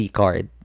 card